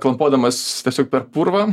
klampodamas tiesiog per purvą